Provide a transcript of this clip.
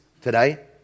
today